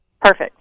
Perfect